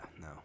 No